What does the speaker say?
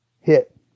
hit